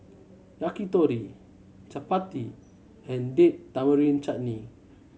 Yakitori Chapati and Date Tamarind Chutney